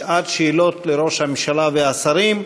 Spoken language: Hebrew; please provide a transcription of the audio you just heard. שעת שאלות לראש הממשלה ולשרים.